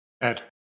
Ed